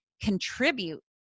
contribute